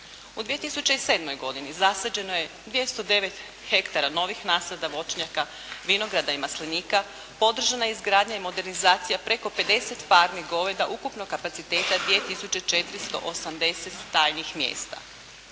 U 2007. godini zasađeno je 209 ha novih nasada voćnjaka, vinograda i maslinika. Podržana je izgradnja i modernizacija preko 50 farmi goveda ukupnog kapaciteta 2480 stajnih mjesta.